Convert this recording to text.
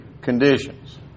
conditions